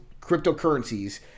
cryptocurrencies